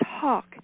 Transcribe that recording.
talk